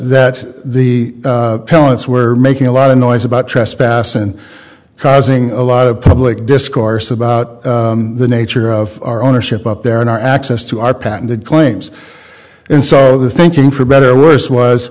that the parents were making a lot of noise about trespass and causing a lot of public discourse about the nature of our ownership up there and our access to our patented claims and so the thinking for better or worse was